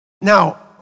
Now